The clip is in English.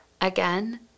Again